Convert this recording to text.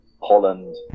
Holland